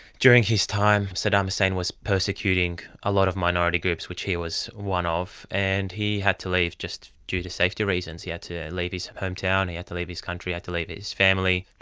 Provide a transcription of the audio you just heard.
during his time, saddam hussein was persecuting a lot of minority groups, which he was one of, and he had to leave just due to safety reasons, he had ah to leave his home town, he had to leave his country, had to leave his his family.